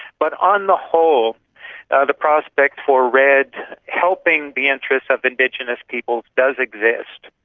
but on the whole the prospect for redd helping the interests of indigenous people does exist.